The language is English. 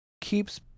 keeps